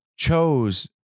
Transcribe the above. chose